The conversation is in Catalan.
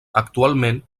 actualment